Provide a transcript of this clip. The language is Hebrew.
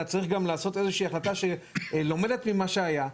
אלא צריך גם לקבל איזו שהיא החלטה שלומדת ממה שהיה,